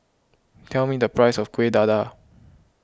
tell me the price of Kueh Dadar